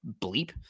bleep